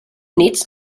nits